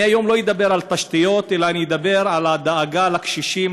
אני היום לא אדבר על תשתיות אלא אני אדבר על הדאגה לקשישים,